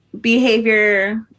behavior